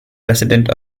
president